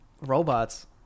robots